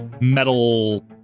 metal